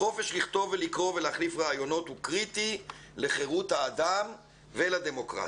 החופש לכתוב ולקרוא ולהחליף רעיונות הוא קריטי לחירות האדם ולדמוקרטיה.